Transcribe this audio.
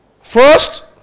First